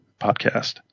podcast